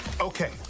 Okay